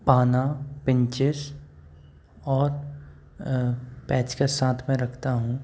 पाना पिंचेस और पैचकस साथ में रखता हूँ